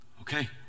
Okay